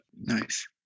Nice